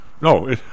No